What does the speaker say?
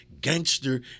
gangster